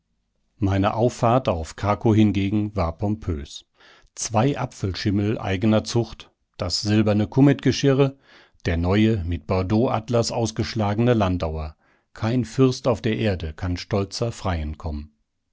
meine auffahrt auf krakow hingegen war pompös zwei apfelschimmel eigener zucht das silberne kummetgeschirre der neue mit bordeauxatlas ausgeschlagene landauer kein fürst auf der erde kann stolzer freien kommen